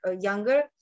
younger